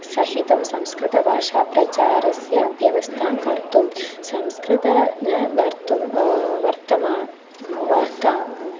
सहितं संस्कृतभाषा प्रचारस्य व्यवस्थां कर्तुं संस्कृतं न गन्तुं वर्तमानं वार्ता